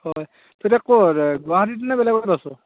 হয় এতিয়া ক'ত গুৱাহাটীতেনে বেলেগ ক'ৰবাত আছ